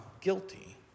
guilty